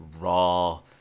raw